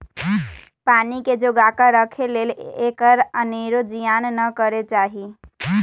पानी के जोगा कऽ राखे लेल एकर अनेरो जियान न करे चाहि